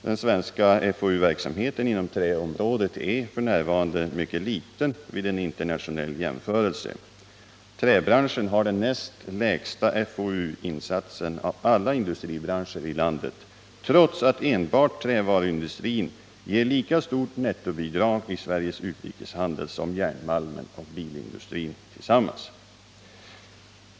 Den svenska FoU-verksamheten inom träområdet är f. n. mycket liten vid en internationell jämförelse. Träbranschen har den näst lägsta FoU-insatsen av alla industribranscher i landet, trots att enbart trävaruindustrin ger lika stort nettobidrag till Sveriges utrikeshandel som järnmalmen och bilindustrin tillsammans.